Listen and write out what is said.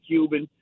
Cuban